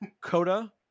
Coda